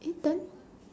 eh then